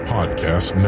Podcast